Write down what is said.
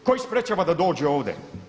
Tko ih sprječava da dođu ovdje?